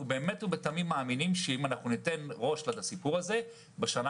אנחנו באמת ובתמים מאמינים שאם נקדיש מחשבה לסיפור הזה בשנה